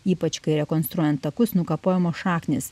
ypač kai rekonstruojant takus nukapojamos šaknys